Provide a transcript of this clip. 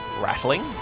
rattling